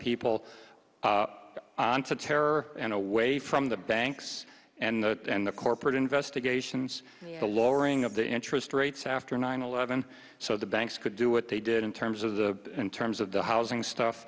people on to terror and away from the banks and the and the corporate investigations the lowering of the interest rates after nine eleven so the banks could do what they did in terms of the in terms of the housing